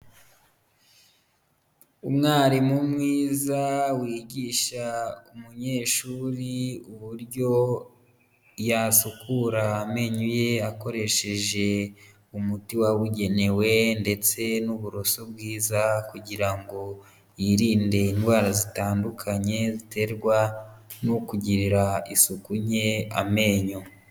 Umwarimu mwiza wigisha umunyeshuri uburyo yasukura amenyo ye akoresheje umuti wabugenewe ndetse n'uburoso bwiza kugira ngo yirinde indwara zitandukanye ziterwa no kugirira isuku nke amenyo.